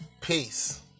peace